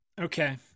Okay